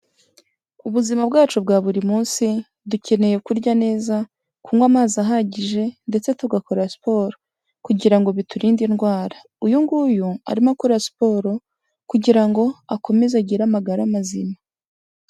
Ubuzima bwacu bwa buri munsi dukeneye kurya neza, kunywa amazi ahagije ndetse tugakora siporo kugira ngo biturinde indwara. Uyu nguyu arimo akora siporo kugira ngo akomeze agire amagara mazima.